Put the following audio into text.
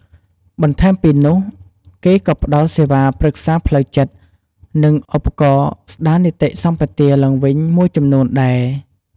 បន្ថែមពីនោះ គេក៏ផ្ដល់សេវាប្រឹក្សាផ្លូវចិត្ត និង ឧបករណ៍ស្តារនិតីសម្បទាឡើងវិញមួយចំនួនដែរ។